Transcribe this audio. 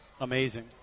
Amazing